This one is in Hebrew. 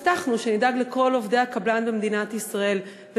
הבטחנו שנדאג לכל עובדי הקבלן במדינת ישראל,